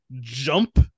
jump